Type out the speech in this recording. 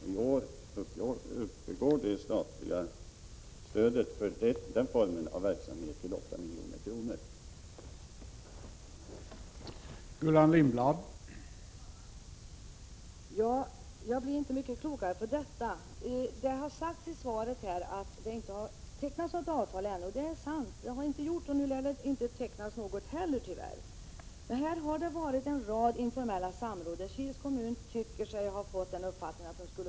I år uppgår det statliga stödet för den formen av verksamhet till 8 milj.kr.